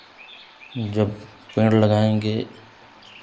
जब पेड़ लगाएंगे